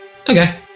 Okay